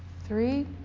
three